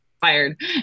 fired